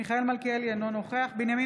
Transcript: מיכאל מלכיאלי, אינו נוכח בנימין